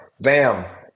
bam